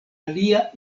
alia